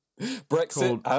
Brexit